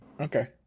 Okay